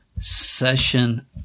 session